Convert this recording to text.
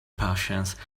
patience